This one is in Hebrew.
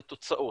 לתוצאות,